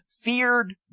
feared